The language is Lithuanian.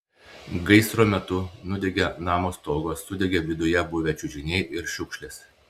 gaisro metu nudegė namo stogas sudegė viduje buvę čiužiniai ir šiukšlės